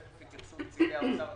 כנראה,